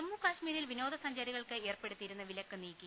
ജമ്മുകശ്മീരിൽ വിനോദ സഞ്ചാരികൾക്ക് ഏർപ്പെടുത്തിയി രുന്ന വിലക്ക് നീക്കി